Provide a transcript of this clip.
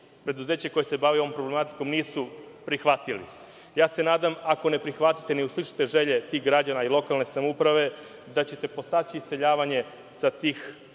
preduzeće koje se bavi ovom problematikom nisu prihvatili. Nadam se, ako ne prihvatite i ne uslišite želje tih građana i lokalne samouprave, da ćete podstaći iseljavanje sa tih